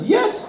Yes